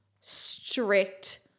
strict